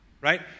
Right